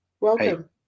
welcome